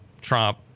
Trump